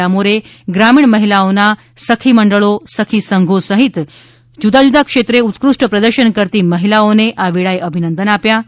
ડામોરે ગ્રામીણ મહિલાઓના સખીમંડળો સખી સંઘો સહીત જુદા જુદા ક્ષેત્રે ઉત્કૃષ્ટ પ્રદર્શન કરતી મહિલાઓને આ વેળાએ અભિનંદન પાઠવ્યા હતા